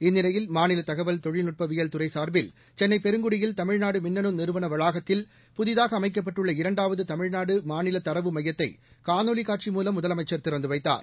இந்நிலையில் மாநில தகவல் தொழில்நட்பவியல் துறை சார்பில் சென்ளை பெருங்குடியில் தமிழ்நாடு மின்னனு நிறுவன வளாகத்தில் புதிதாக அமைக்கப்பட்டுள்ள இரண்டாவது தமிழ்நாடு மாநில தரவு மையத்தை காணொலிக் காட்சி மூலம் முதலமைச்சர் திறந்து வைத்தார்